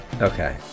Okay